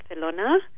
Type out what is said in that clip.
Barcelona